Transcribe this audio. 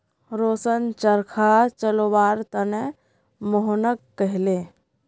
रोशन चरखा चलव्वार त न मोहनक कहले